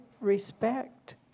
respect